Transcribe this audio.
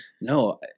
No